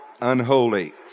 unholy